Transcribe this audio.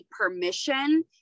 permission